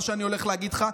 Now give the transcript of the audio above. מה שאני הולך להגיד לך,